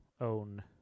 own